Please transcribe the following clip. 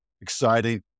exciting